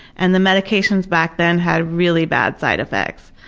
and the medications back then had really bad side effects,